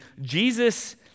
Jesus